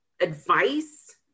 advice